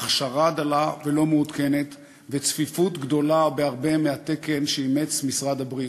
הכשרה דלה ולא מעודכנת וצפיפות גדולה בהרבה מהתקן שאימץ משרד הכלכלה.